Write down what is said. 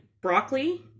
broccoli